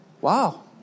Wow